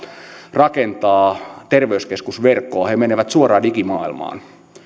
rakentaa terveyskeskusverkkoa he menevät suoraan digimaailmaan